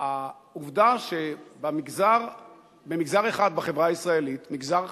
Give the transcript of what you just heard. העובדה שבמגזר אחד בחברה הישראלית, מגזר חשוב,